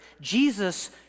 Jesus